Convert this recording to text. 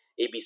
ABC